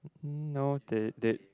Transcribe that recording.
mm no they they